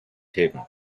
him